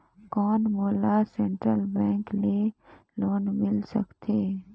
कौन मोला central bank ले लोन मिल सकथे?